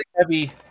heavy